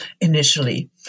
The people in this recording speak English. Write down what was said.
initially